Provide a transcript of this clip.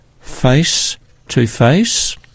face-to-face